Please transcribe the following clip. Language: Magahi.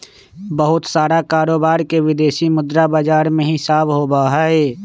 बहुत सारा कारोबार के विदेशी मुद्रा बाजार में हिसाब होबा हई